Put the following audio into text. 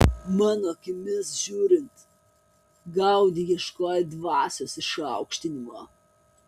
mano akimis žiūrint gaudi ieškojo dvasios išaukštinimo